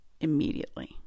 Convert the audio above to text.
immediately